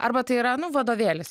arba tai yra nu vadovėlis